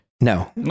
No